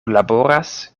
laboras